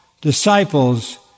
disciples